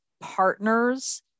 partners